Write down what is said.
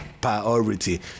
Priority